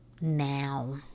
Now